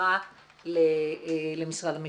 בחזרה למשרד המשפטים.